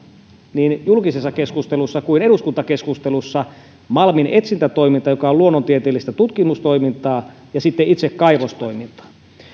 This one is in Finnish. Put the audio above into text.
niin julkisessa keskustelussa kuin eduskuntakeskustelussa malminetsintätoiminta joka on luonnontieteellistä tutkimustoimintaa ja sitten itse kaivostoiminta